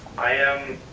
i am,